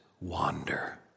wander